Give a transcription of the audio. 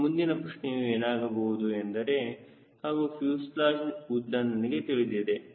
ಮತ್ತು ಮುಂದಿನ ಪ್ರಶ್ನೆಯೂ ಏನಾಗಬಹುದು ಎಂದರೆ ಹಾಗೂ ಫ್ಯೂಸೆಲಾಜ್ ಉದ್ದ ನನಗೆ ತಿಳಿದಿದೆ